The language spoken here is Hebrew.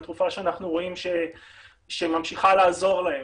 התרופה שאנחנו רואים שהיא ממשיכה לעזור להם,